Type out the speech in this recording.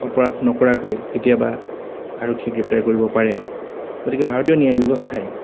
অপৰাধ নকৰাকৈ কেতিয়াবা আৰক্ষীয়ে গ্ৰেপ্তাৰ কৰিব পাৰে গতিকে ভাৰতীয় ন্যায় ব্যৱস্থাই